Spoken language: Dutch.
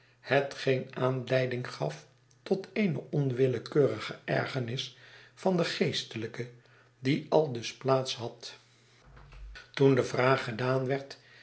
hetgeen aanleiding gaf tot eene onwillekeurige ergernis van den geestelijke die aldus plaats had toen de vraag gedaan werd